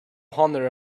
honour